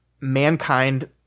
mankind